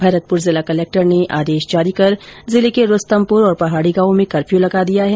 भरतपुर जिला कलक्टर ने एक आदेश जारी कर जिले के रूस्तमपुर और पहाडी गांव में कर्फ्यू लगा दिया गया है